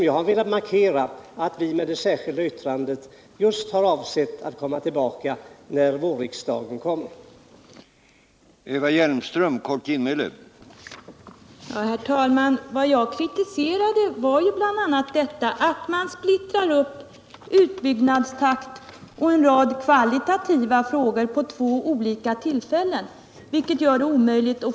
Jag har velat markera att vi med det särskilda yttrandet just har har avsett att komma tillbaka när riksdagen samlas i vår.